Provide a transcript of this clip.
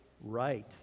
right